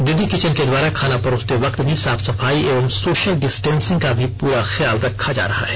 दीदी किचन के द्वारा खाना परोसते वक्त भी साफ सफाई एवं सोषल डिस्टेंसिंग का भी पूरा ख्याल रखा जा रहा है